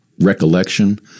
recollection